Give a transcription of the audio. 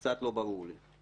זה קצת לא ברור לי.